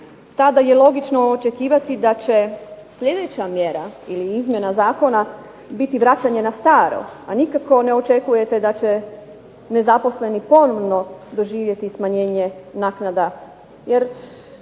tada je logično očekivati da će sljedeća mjera ili izmjena zakona biti vraćanje na staro, a nikako ne očekujete da će nezaposleni ponovno doživjeti smanjenje naknada jer